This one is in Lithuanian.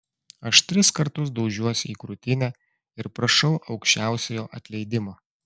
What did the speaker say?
aš tris kartus daužiuosi į krūtinę ir prašau aukščiausiojo atleidimo